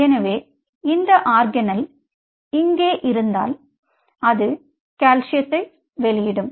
எனவே இந்த ஆர்கனெல் இங்கே இருந்தால் அது கால்சியத்தை வெளியிடும்